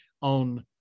on